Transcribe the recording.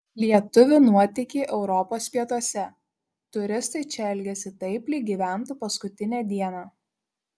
lietuvių nuotykiai europos pietuose turistai čia elgiasi taip lyg gyventų paskutinę dieną